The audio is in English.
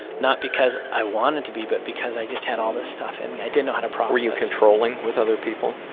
not because i wanted to be, but because i just had all this stuff and i didn't know how to process. were you controlling with other people?